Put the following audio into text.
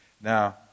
Now